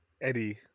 Eddie